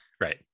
Right